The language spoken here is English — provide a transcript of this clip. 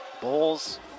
Bulls